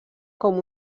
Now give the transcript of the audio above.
com